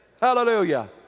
Hallelujah